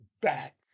back